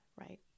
Right